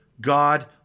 God